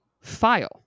file